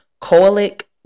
colic